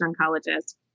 oncologist